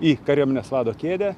į kariuomenės vado kėdę